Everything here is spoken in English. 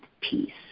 peace